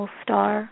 star